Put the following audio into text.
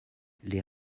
les